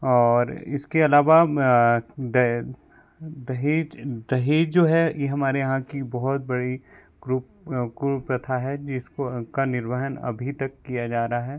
और इसके अलावा दहेज दहेज जो है ये हमारे यहाँ की बहुत बड़ी ग्रुप कुल प्रथा है जिसको का निर्वहन अभी तक किया जा रहा है